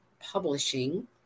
Publishing